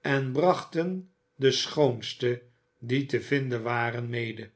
en brachten de schoonste die te vinden waren mede